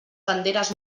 banderes